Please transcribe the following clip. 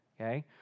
okay